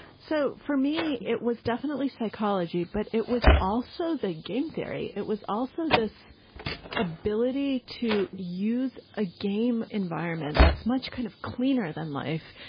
so for me, it was definitely psychology, but it was also the game theory. it was also this ability to use a game environment that's much kind of cleaner than life.